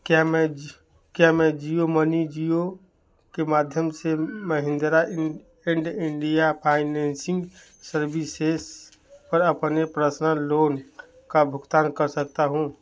क्या मैं क्या मैं जियो मनी जियो के माध्यम से महिंद्रा एंड दिया फाइनेंशियल सर्विसेज पर अपने पर्सनल लोन का भुगतान कर सकता हूँ